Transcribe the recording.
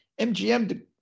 MGM